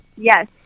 Yes